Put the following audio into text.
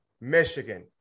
Michigan